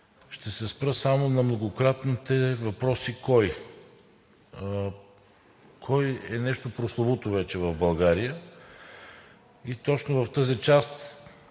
Ще се спра само на многократните въпроси „Кой?“ „Кой“ е нещо прословуто вече в България и точно в тази част